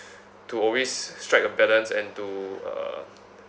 to always strike a balance and to uh